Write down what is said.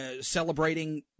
celebrating